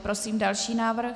Prosím další návrh.